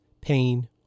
pain